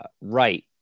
right